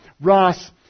Ross